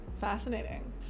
Fascinating